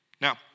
Now